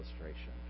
illustration